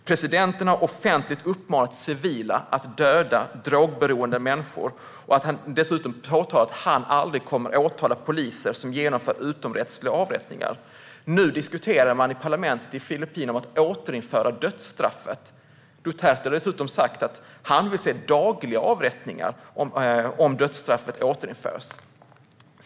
Presidenten har offentligt uppmuntrat civila att döda drogberoende människor. Han har dessutom påtalat att han aldrig kommer att åtala poliser som genomför utomrättsliga avrättningar. Nu diskuterar man i parlamentet i Filippinerna om att återinföra dödsstraffet. Duterte har dessutom sagt att han vill se dagliga avrättningar om dödsstraffet återinförs.